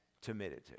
timidity